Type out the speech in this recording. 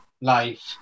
life